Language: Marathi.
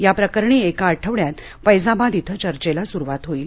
याप्रकरणी एका आठवड्यात फैजाबाद धिं चर्चेला सुरुवात होईल